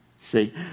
See